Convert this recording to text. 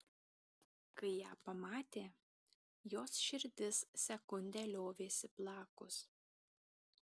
kai ją pamatė jos širdis sekundę liovėsi plakus